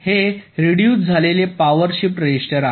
हे रेडुज्ड झालेले power shift register आहे